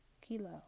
kilo